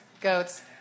Goats